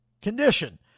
condition